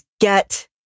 get